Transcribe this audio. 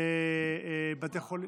בתי חולים.